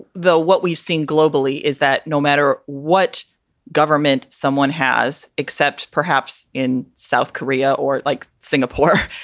though, what we've seen globally is that no matter what government someone has, except perhaps in south korea or like singapore,